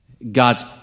God's